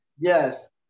Yes